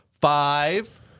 five